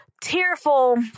tearful